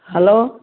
hello